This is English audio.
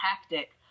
tactic